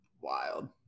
Wild